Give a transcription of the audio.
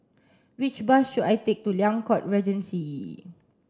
which bus should I take to Liang Court Regency